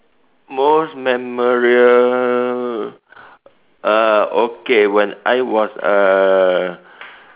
most memorable uh okay when I was err